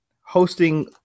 Hosting